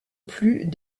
plus